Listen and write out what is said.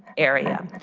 area.